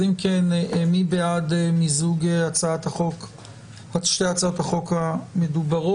אם כן, מי בעד מיזוג שתי הצעות החוק המדוברות?